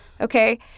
Okay